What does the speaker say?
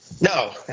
no